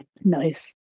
Nice